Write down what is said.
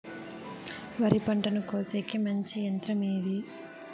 వరి పంటను కోసేకి మంచి యంత్రం ఏది?